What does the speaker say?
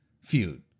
feud